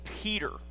Peter